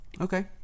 Okay